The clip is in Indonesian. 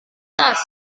tas